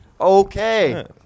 Okay